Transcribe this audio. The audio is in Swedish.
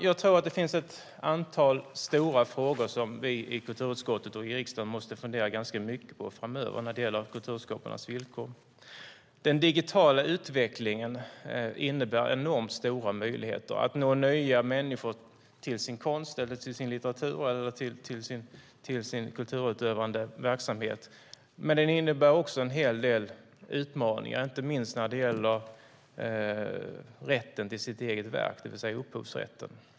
Jag tror att det finns ett antal stora frågor som vi i kulturutskottet och i riksdagen måste fundera ganska mycket på framöver när det gäller kulturskaparnas villkor. Den digitala utvecklingen innebär enormt stora möjligheter att nå och få nya människor till sin konst, till sin litteratur eller till sin kulturutövande verksamhet. Men den innebär också en hel del utmaningar, inte minst när det gäller rätten till sitt eget verk, det vill säga upphovsrätten.